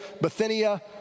Bithynia